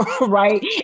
right